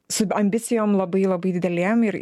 su ambicijom labai labai didelėm ir